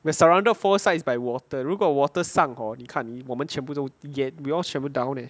we are surrounded four sides by water 如果 water 上 hor 你看我们全部都也我们全部 down leh